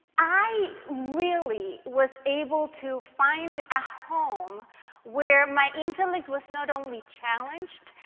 i really was able to find a home where my intellect was not only challenged,